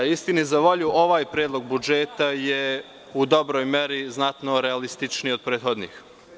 Istini za volju, ovaj predlog budžeta je u dobroj meri znatno realističniji od prethodnih.